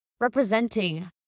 representing